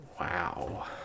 wow